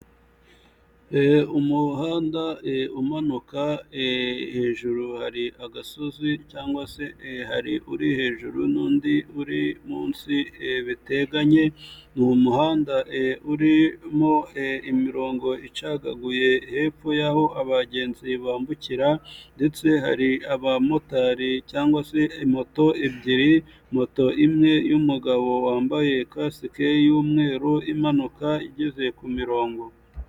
Umuhanda umanuka hejuru hari agasozi cyangwa se hari uri hejuru n'undi uri munsi biteganye, ni umuhanda urimo imirongo icagaguye hepfo y'aho abagenzi bambukira, ndetse hari abamotari cyangwa se moto ebyiri, moto imwe y'umugabo wambaye kasike y'umweru imanuka igeze kumirongo.